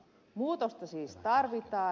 muutosta siis tarvitaan